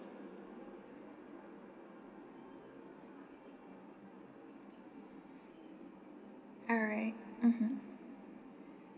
alright mmhmm